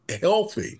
healthy